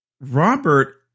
Robert